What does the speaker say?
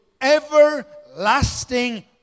everlasting